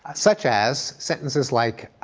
ah such as sentences like,